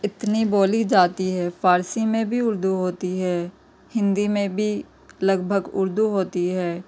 اتنی بولی جاتی ہے فارسی میں بھی اردو ہوتی ہے ہندی میں بھی لگ بھگ اردو ہوتی ہے